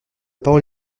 parole